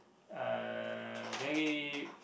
uh very